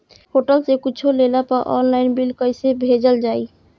Hotel से कुच्छो लेला पर आनलाइन बिल कैसे भेजल जाइ?